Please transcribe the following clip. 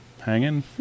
hanging